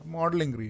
modeling